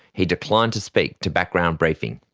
he declined to speak to background briefing.